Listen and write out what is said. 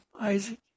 Isaac